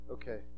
Okay